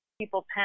people